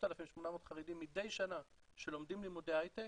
3,800 חרדים מדי שנה שלומדים לימודי הייטק,